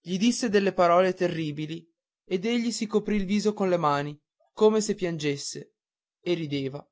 gli disse delle parole terribili ed egli si coprì il viso con le mani come se piangesse e rideva